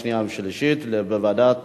2012, לוועדת